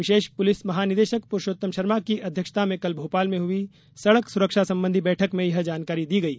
विशेष police महानिदेशक पुरुषोत्तम शर्मा की अध्यक्षता में कल भोपाल में हुई सड़क सुरक्षा संबंधी बैठक में यह जानकारी दी गई